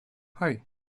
hei